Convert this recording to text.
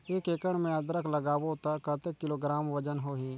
एक एकड़ मे अदरक लगाबो त कतेक किलोग्राम वजन होही?